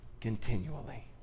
continually